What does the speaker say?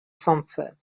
sunset